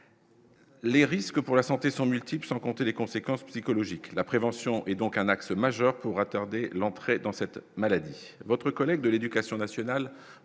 Les risques pour la santé sont multiples, sans compter les conséquences psychologiques, la prévention est donc un axe majeur pour retarder l'entrée dans cette maladie, votre collègue de l'Éducation nationale,